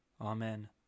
Amen